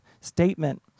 statement